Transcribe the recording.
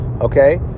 Okay